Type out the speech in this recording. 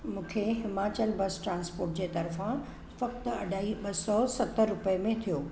मूंखे Himachal bus transport जे तर्फ़ां फ़क़्ति अढ़ाई ॿ सौ सत रुपए में थियो